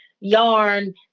yarn